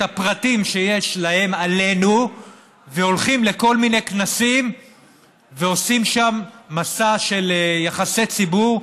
הפרטים שיש להם עלינו והולכים לכל מיני כנסים ועושים שם מסע של יחסי ציבור,